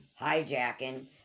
hijacking